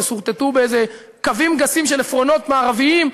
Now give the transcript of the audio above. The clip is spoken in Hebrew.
שסורטטו באיזה קווים גסים של עפרונות מערביים,